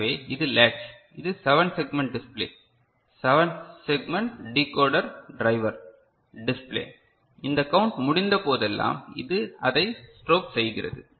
எனவே இது லேட்ச் இது 7 segment display 7 segment decoder driver display இந்த கவுன்ட் முடிந்த போதெல்லாம் இது அதைத் ஸ்ட்ரோப் செய்கிறது